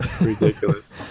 Ridiculous